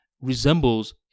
resembles